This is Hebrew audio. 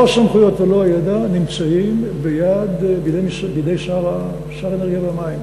מלוא הסמכויות ומלוא הידע נמצאים בידי שר האנרגיה והמים.